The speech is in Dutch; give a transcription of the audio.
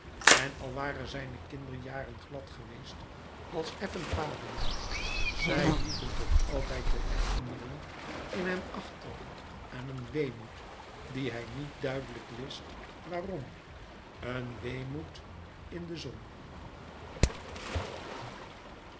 en al waren zijne kinderjaren glad geweest als effen paden zij lieten toch altijd de herinnering in hem achter aan een weemoed dien hij niet duidelijk wist waarom een weemoed in de zon